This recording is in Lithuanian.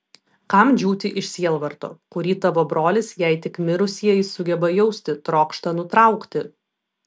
kam džiūti iš sielvarto kurį tavo brolis jei tik mirusieji sugeba jausti trokšta nutraukti